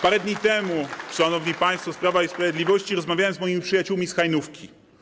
Parę dni temu, szanowni państwo z Prawa i Sprawiedliwości, rozmawiałem z moimi przyjaciółmi z Hajnówki.